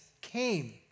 came